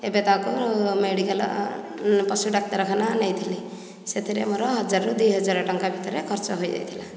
ଏବେ ତାକୁ ମେଡ଼ିକାଲ ପଶୁ ଡାକ୍ତରଖାନା ନେଇଥିଲି ସେଥିରେ ମୋର ହଜାରରୁ ଦୁଇ ହଜାର ଟଙ୍କା ଭିତରେ ଖର୍ଚ୍ଚ ହୋଇଯାଇଥିଲା